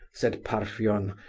said parfen,